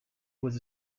was